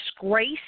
disgrace